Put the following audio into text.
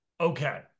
okay